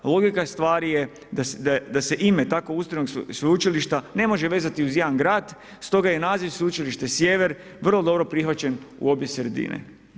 Logika stvari je da se ime takvog ustrajnog sveučilišta ne može vezati uz jedan grad, stoga je naziv Sveučilište Sjever vrlo dobro prihvaćen u obje sredine.